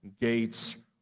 gates